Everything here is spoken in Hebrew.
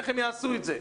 איך הם יעשו את זה?